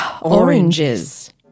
Oranges